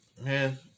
man